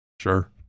Sure